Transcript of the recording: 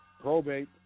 probate